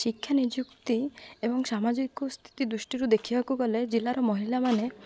ଶିକ୍ଷା ନିଯୁକ୍ତି ଏବଂ ସାମାଜିକ ସ୍ଥିତି ଦୃଷ୍ଟିରୁ ଦେଖିବାକୁ ଗଲେ ଜିଲ୍ଲାର ମହିଳାମାନେ